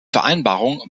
vereinbarung